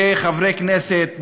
כחברי כנסת,